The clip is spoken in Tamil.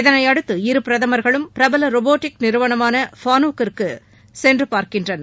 இதனையடுத்து இஇு பிரதமர்களும் பிரபல ரொபாட்டிக் நிறுவனமான ஃபானுக் நிறுவனத்திற்கு சென்று பார்க்கின்றனர்